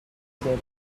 officer